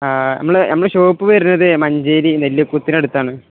ആ നമ്മുടെ നമ്മുടെ ഷോപ്പ് വരുന്നത് മഞ്ചേരി നെല്ലിക്കുത്തിനടുത്താണ്